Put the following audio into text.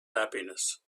happiness